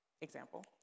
Example